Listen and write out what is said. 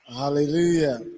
hallelujah